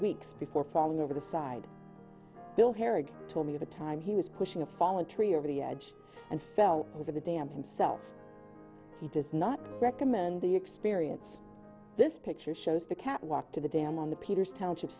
weeks before falling over the side bill harrigan told me the time he was pushing a fallen tree over the edge and fell over the dam himself he does not recommend the experience this picture shows the catwalk to the dam on the peters township